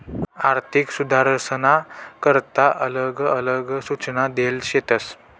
आर्थिक सुधारसना करता आलग आलग सूचना देल शेतस